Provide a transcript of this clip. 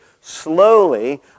Slowly